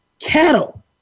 Cattle